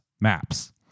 MAPS